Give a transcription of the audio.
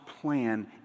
plan